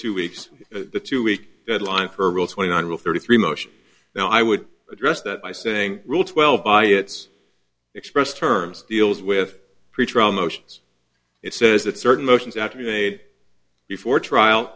two weeks the two week deadline for rule twenty one rule thirty three motion now i would address that by saying rule twelve by its express terms deals with pretrial motions it says that certain motions out to be made before trial